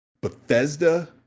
Bethesda